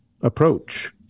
approach